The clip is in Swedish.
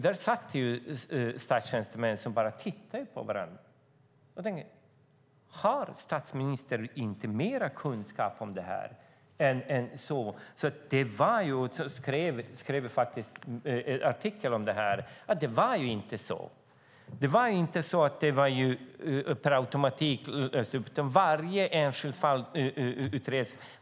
Där satt statstjänstemän som bara tittade på varandra och tänkte: Har statsministern inte mer kunskap om det här än så? Jag skrev faktiskt en artikel om det här. Det var inte så att det hände per automatik. Varje enskilt fall utreddes.